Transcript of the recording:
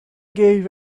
gave